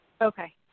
Okay